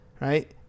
right